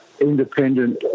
independent